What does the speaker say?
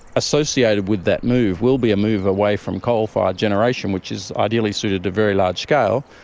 associated with that move will be a move away from coal-fired generation, which is ideally suited to very large scale,